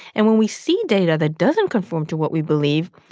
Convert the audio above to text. and when we see data that doesn't conform to what we believe,